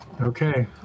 Okay